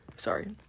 Sorry